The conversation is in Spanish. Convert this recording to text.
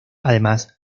además